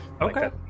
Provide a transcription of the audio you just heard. Okay